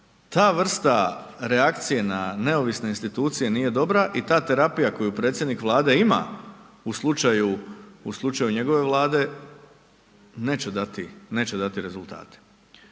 ta vrsta reakcije na neovisne institucije nije dobra i ta terapija koju predsjednik Vlade ima u slučaju njegove Vlade, neće dati rezultate.